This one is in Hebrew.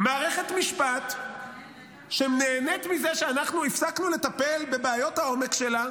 מערכת המשפט שנהנית מזה שאנחנו הפסקנו לטפל בבעיות העומק שלה,